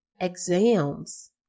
exams